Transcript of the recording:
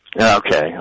Okay